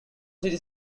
city